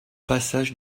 passage